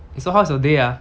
eh so how's your day ah